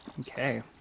Okay